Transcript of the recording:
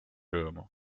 rõõmu